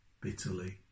bitterly